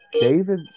David